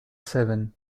seven